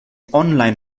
online